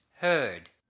heard